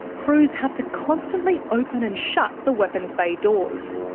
crews have to constantly open and shut the weapons bay doors.